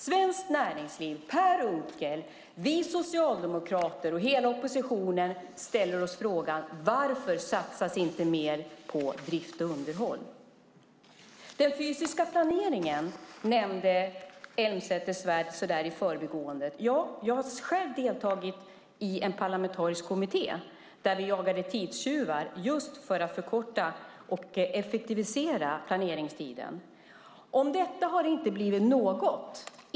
Svenskt näringsliv, Per Unckel, vi socialdemokrater och hela oppositionen ställer oss frågan om varför det inte satsas mer på drift och underhåll. Elmsäter-Svärd nämnde den fysiska planeringen så där i förbigående. Jag har själv deltagit i en parlamentarisk kommitté där vi jagade tidstjuvar just för att förkorta och effektivisera planeringstiden. Om detta har det inte blivit något.